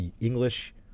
English